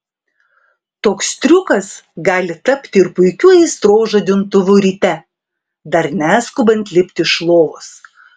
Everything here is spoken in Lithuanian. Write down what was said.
toks triukas gali tapti ir puikiu aistros žadintuvu ryte dar neskubant lipti iš lovos